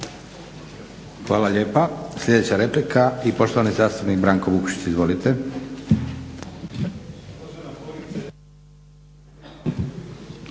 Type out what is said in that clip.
Hvala lijepa. Sljedeća replika i poštovani zastupnik Branko Vukšić. Izvolite.